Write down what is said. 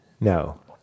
No